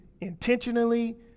intentionally